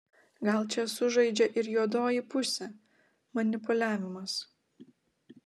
gal čia sužaidžia ir juodoji pusė manipuliavimas